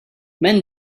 men